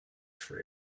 for